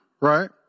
right